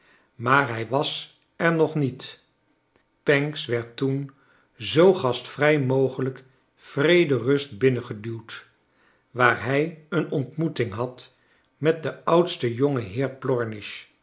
maar hij was er nog niet pancks werd toen zoo gastvrij mogelijk vrederust binnen geduwd waar hij een ontmoeting had met den oudsten